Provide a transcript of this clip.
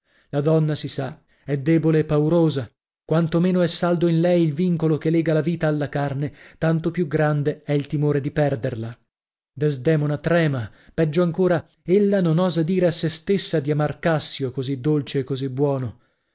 la donna si sa è debole e paurosa quanto meno è saldo in lei il vincolo che lega la vita alla carne tanto più grande è il timore di perderla desdemona trema peggio ancora ella non osa dire a sè stessa di amar cassio così dolce e così buono